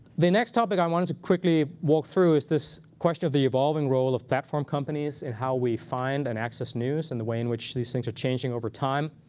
the next topic i wanted to quickly walk through is this question of the evolving role of platform companies, and how we find and access news, and the way in which these things are changing over time.